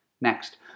Next